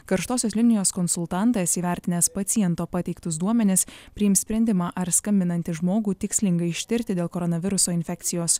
karštosios linijos konsultantas įvertinęs paciento pateiktus duomenis priims sprendimą ar skambinantį žmogų tikslinga ištirti dėl koronaviruso infekcijos